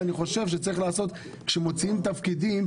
ואני חושב שכאשר מוציאים תפקידים,